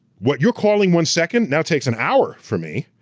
what you're calling one second now takes an hour for me,